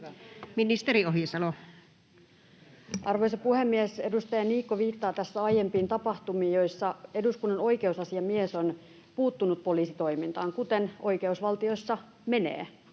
Ministeri Ohisalo. Arvoisa puhemies! Edustaja Niikko viittaa tässä aiempiin tapahtumiin, joissa eduskunnan oikeusasiamies on puuttunut poliisitoimintaan, kuten oikeusvaltiossa menee.